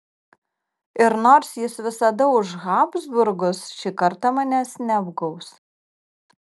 ir nors jis visada už habsburgus ši kartą manęs neapgaus